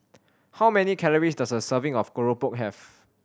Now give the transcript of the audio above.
how many calories does a serving of keropok have